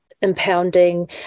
Impounding